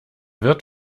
wirt